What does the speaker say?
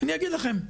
אני אגיד לכם.